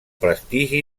prestigi